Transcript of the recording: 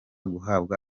guhabwa